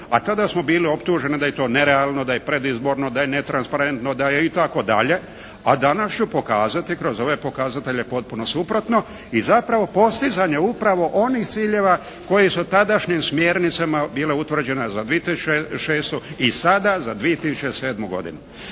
a tada smo bili optuženi da je to nerealno, da je predizborno, da je netransparentno da je itd. a danas ću pokazati kroz ove pokazatelje potpuno suprotno i zapravo postizanje upravo onih ciljeva koje su tadašnjim smjernicama bile utvrđene za 2006. i sada za 2007. godinu.